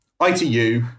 ITU